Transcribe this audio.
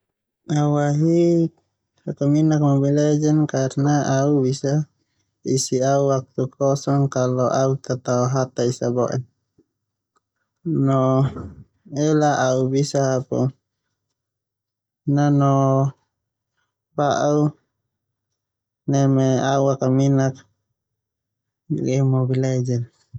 Au ahik akaminak mobile legend karna au bisa isi au waktu kosong kalau au ta tao hata ea boen no ela au bisa hapu au nanong ba'uk neme au akaminak game mobile legend.